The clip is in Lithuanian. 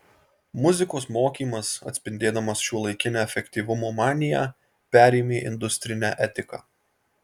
muzikos mokymas atspindėdamas šiuolaikinę efektyvumo maniją perėmė industrinę etiką